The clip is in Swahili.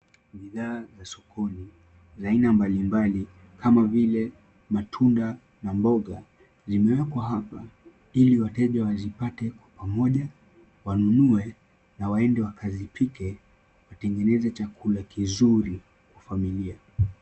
Bidhaa za sokoni za aina mbali mbali kama vile matunda na mboga, zimewekwa hapa ili wateja wazipate kwa pamoja, wanunue na waende wakazipike watengeneze chakula kizuri kwa familia.